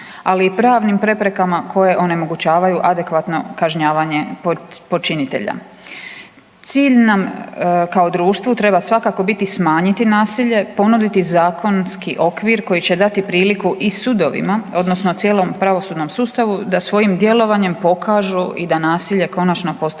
ali i pravnim preprekama koje onemogućavaju adekvatno kažnjavanje počinitelja. Cilj nam kao društvu treba svakako biti smanjiti nasilje, ponuditi zakonski okvir koji će dati priliku i sudovima odnosno cijelom pravosudnom sustavu da svojim djelovanjem pokažu i da nasilje konačno postane